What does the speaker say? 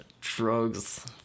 drugs